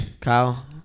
Kyle